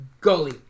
gully